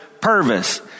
Purvis